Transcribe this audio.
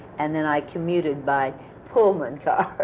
and then i commuted by pullman car,